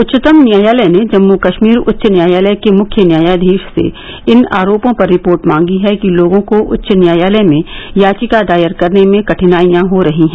उच्चतम न्यायालय ने जम्मू कश्मीर उच्च न्यायालय के मुख्य न्यायाधीश से इन आरोपों पर रिपोर्ट मांगी है कि लोगों को उच्च न्यायालय में याचिका दायर करने में कठिनाइयां हो रही हैं